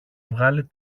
βγάλει